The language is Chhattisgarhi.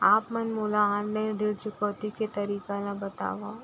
आप मन मोला ऑनलाइन ऋण चुकौती के तरीका ल बतावव?